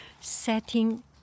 setting